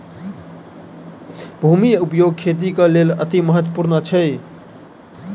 भूमि उपयोग खेतीक लेल अतिमहत्त्वपूर्ण अछि